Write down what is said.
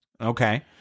Okay